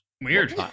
Weird